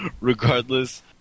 regardless